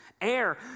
air